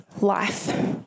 life